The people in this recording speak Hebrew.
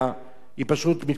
היא פשוט מתכחשת.